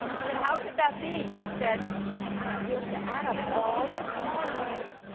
said how could that be? he said you have to add up all the columns,